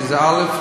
כי א.